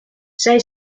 zij